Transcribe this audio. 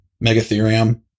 Megatherium